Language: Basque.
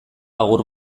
agur